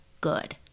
good